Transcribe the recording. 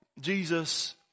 Jesus